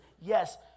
yes